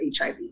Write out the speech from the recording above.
hiv